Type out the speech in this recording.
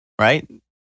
right